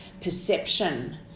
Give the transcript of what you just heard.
perception